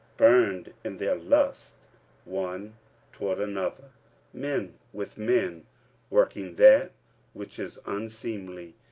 burned in their lust one toward another men with men working that which is unseemly,